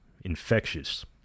infectious